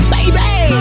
Baby